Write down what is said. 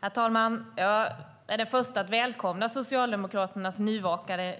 Herr talman! Jag är den första att välkomna Socialdemokraternas